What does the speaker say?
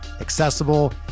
accessible